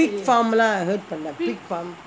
pig farm லாம்:laam heard பண்னேன்:pannaen